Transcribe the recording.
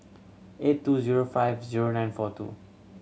eight two zero five zero nine four two